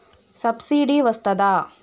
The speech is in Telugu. సబ్సిడీ వస్తదా?